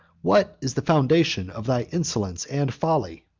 what is the foundation of thy insolence and folly?